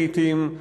לעתים,